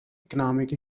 economic